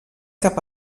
cap